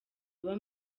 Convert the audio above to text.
baba